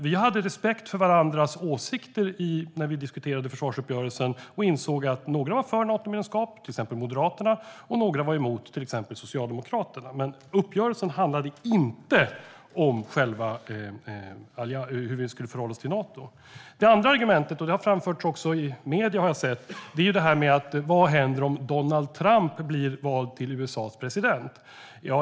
Vi hade respekt för varandras åsikter när vi diskuterade försvarsuppgörelsen och insåg att några var för Natomedlemskap, till exempel Moderaterna, och några var emot, till exempel Socialdemokraterna. Men uppgörelsen handlade inte om hur vi skulle förhålla oss till Nato. Det andra - och jag har sett att det har framförts i medierna också - är det här med vad som händer om Donald Trump blir vald till USA:s president.